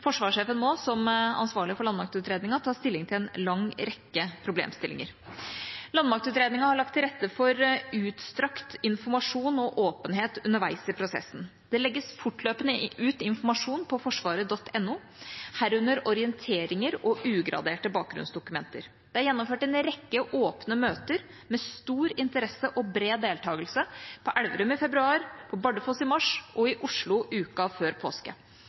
Forsvarssjefen må, som ansvarlig for landmaktutredningen, ta stilling til en lang rekke problemstillinger. Landmaktutredningen har lagt til rette for utstrakt informasjon og åpenhet underveis i prosessen. Det legges fortløpende ut informasjon på forsvaret.no, herunder orienteringer og ugraderte bakgrunnsdokumenter. Det er gjennomført en rekke åpne møter med stor interesse og bred deltakelse, på Elverum i februar, på Bardufoss i mars og i Oslo uka før påske.